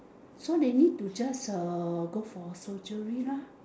so they need to just uh go for surgery lah